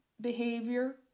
behavior